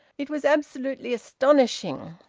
it was absolutely astonishing,